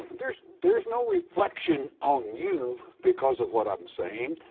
there's there's no reflection on you because of what i'm saying,